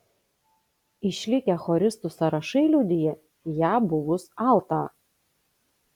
išlikę choristų sąrašai liudija ją buvus altą